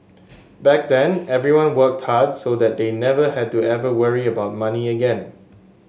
back then everyone worked hard so that they never had to ever worry about money again